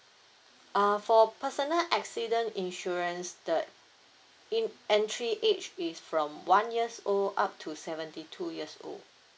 uh for personal accident insurance the entry age is from one years old up to seventy two years old